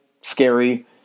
scary